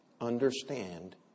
understand